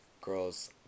Girls